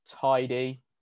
tidy